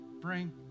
bring